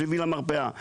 שהביא למרפאה.